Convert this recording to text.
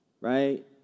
right